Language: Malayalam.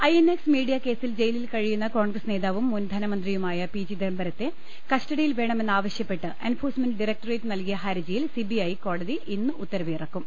ഐഎൻഎക്സ് മീഡിയുക്സിൽ ജയിലിൽ കഴിയുന്ന കോൺഗ്രസ് നേതാവും മുൻ്ധന്മന്ത്രിയുമായ പി ചിദംബരത്തെ കസ്റ്റഡിയിൽ വേണ്ടമെന്ന് ആവശ്യപ്പെട്ട് എൻഫോഴ്സ്മെന്റ് ഡയ റക്ടറേറ്റ് നൽകിയ ഹ്യർജിയിൽ സിബിഐ കോടതി ഇന്ന് ഉത്ത രവ് ഇറക്കും